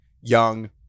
young